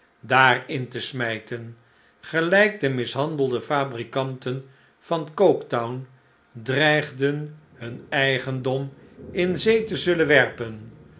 daarin te smijten gelijk de mishandelde fabrikanten van coketown dreigden hun eigendom in zee te zullen werpen